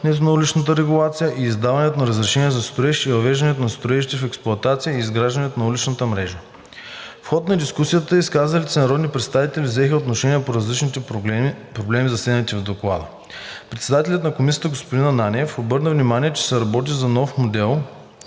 обърна внимание, че се работи за нов модел